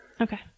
Okay